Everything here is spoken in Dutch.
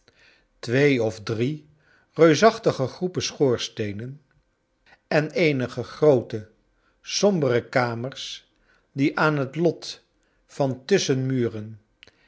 twee of drie reusachtige groepen schoorsteenen en eenige groote sombere kamers die aan het lot van tusschenmuren en